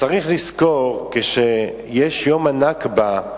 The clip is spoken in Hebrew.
צריך לזכור שכשיש יום ה"נכבה"